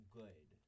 good